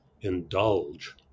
indulge